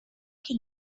can